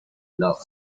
love